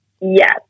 Yes